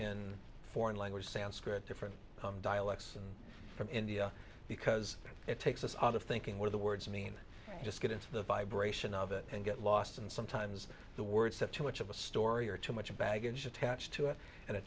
in foreign language sanskrit different dialects from india because it takes us out of thinking where the words i mean just get into the vibration of it and get lost and sometimes the words have too much of a story or too much baggage attached to it and it